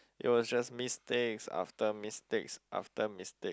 it was just mistakes after mistakes after mistake